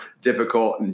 difficult